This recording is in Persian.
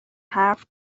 حرف